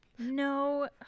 No